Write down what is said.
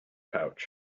pouch